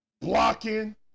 blocking